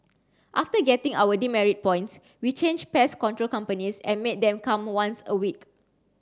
after getting our demerit points we changed pest control companies and made them come once a week